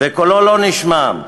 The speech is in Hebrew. קולו לא נשמע.